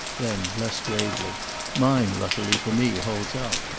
then less gravely mine, luckily for me, holds out.